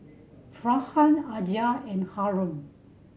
Aizat and Haron